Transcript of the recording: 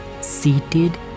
seated